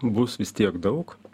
bus vis tiek daug